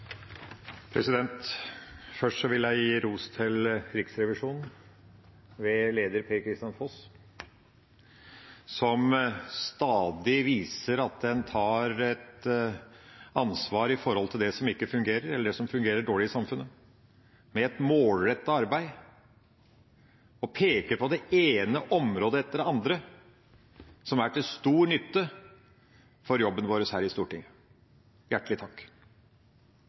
som ikke fungerer – eller som fungerer dårlig – i samfunnet, med et målrettet arbeid og peker på det ene området etter det andre, noe som er til stor nytte for jobben vår her i Stortinget. Hjertelig takk!